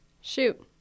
Shoot